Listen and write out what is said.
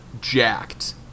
jacked